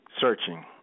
searching